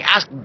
Ask